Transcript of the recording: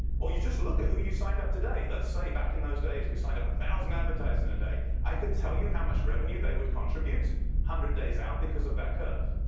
or you just look at who you signed up today. let's say back in those days, we signed up a thousand advertisers in a day. i could tell you how much revenue they would contribute hundred days out because of that curve.